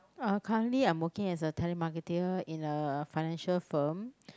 uh currently I am working as a telemarketer in a financial firm